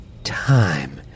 Time